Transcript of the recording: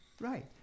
Right